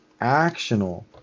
actional